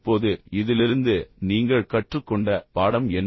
இப்போது இதிலிருந்து நீங்கள் கற்றுக்கொண்ட பாடம் என்ன